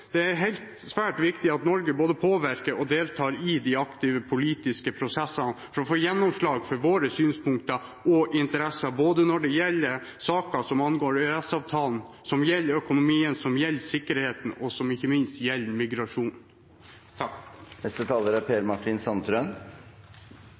Det er svært viktig at Norge både påvirker og deltar aktivt i de politiske prosessene for å få gjennomslag for våre synspunkter og interesser, både når det gjelder saker som angår EØS-avtalen, økonomi, sikkerhet og ikke minst migrasjon. Senterpartiet kjemper for at det er folket i Norge som